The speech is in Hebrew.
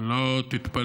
אתה בטח לא תתפלא,